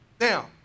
Now